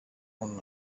one